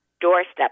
doorstep